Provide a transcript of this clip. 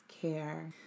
care